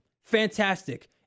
fantastic